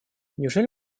неужели